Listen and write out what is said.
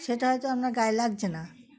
সেটা হয়তো আমার গায়ে লাগছে না